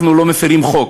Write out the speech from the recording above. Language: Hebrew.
אנחנו לא מפרים חוק,